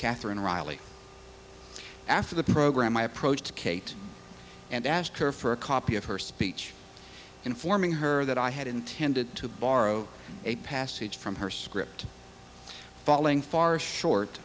katherine riley after the program i approached kate and asked her for a copy of her speech informing her that i had intended to borrow a passage from her script falling far short